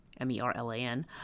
M-E-R-L-A-N